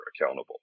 accountable